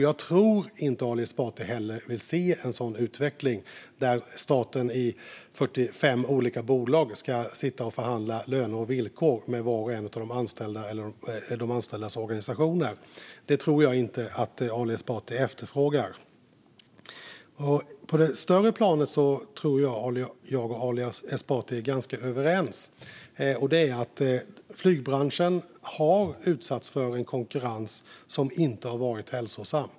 Jag tror inte heller att Ali Esbati vill se en sådan utveckling där staten i 45 olika bolag ska förhandla löner och villkor med var och en av de anställda eller med de anställdas organisationer. Det tror jag inte att Ali Esbati efterfrågar. På det större planet tror jag att Ali Esbati och jag är överens, nämligen att flygbranschen har utsatts för icke hälsosam konkurrens.